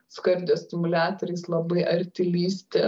su kardiostimuliatoriais labai arti lįsti